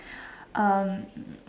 um